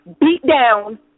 beat-down